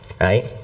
right